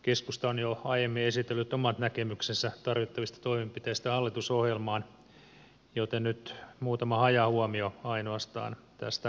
keskusta on jo aiemmin esitellyt omat näkemyksensä tarvittavista toimenpiteistä hallitusohjelmaan joten nyt ainoastaan muutama hajahuomio tästä ohjelmasta